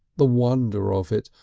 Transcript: the wonder of it!